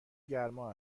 گرما